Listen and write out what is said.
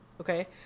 okay